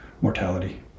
mortality